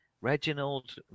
Reginald